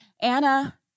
Anna